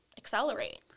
Accelerate